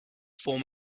form